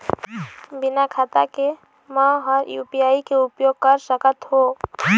बिना खाता के म हर यू.पी.आई के उपयोग कर सकत हो?